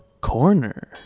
Corner